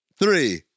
Three